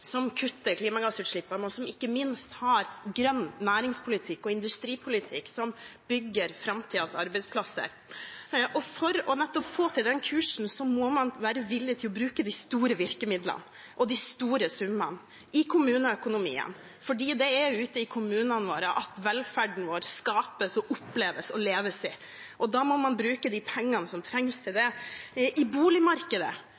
som kutter klimagassutslippene, og som ikke minst har grønn næringspolitikk og industripolitikk som bygger framtidens arbeidsplasser. For nettopp å få til den kursen må man være villig til å bruke de store virkemidlene og de store summene – i kommuneøkonomien, for det er ute i kommunene våre at velferden vår skapes, oppleves og leves i. Da må man bruke de pengene som trengs til